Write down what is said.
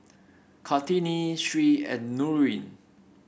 Kartini Sri and Nurin